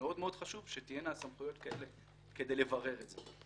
ומאוד מאוד חשוב שיהיו סמכויות כאלה כדי לברר את זה.